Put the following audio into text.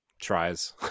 tries